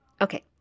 Okay